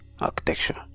architecture